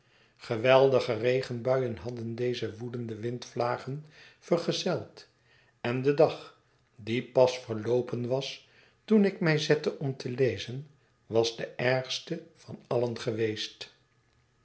geweldige regenbuien hadden deze woedende windvlagen vergezeld en de dag die pas verloopen was toen ik mij zette om te lezen was de ergste van alien geweest